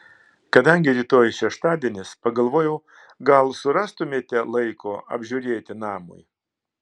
kadangi rytoj šeštadienis pagalvojau gal surastumėte laiko apžiūrėti namui